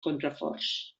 contraforts